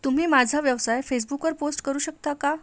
तुम्ही माझा व्यवसाय फेसबुकवर पोस्ट करू शकता का